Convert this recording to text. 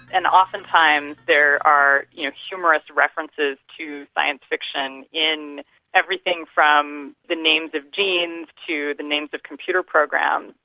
and oftentimes there are you know humorous references to science fiction in everything from the names of genes to the names of computer programs.